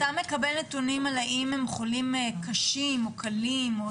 אתה מקבל נתונים האם הם חולים קשים או קלים?